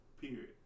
Period